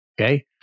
Okay